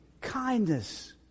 kindness